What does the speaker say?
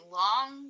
long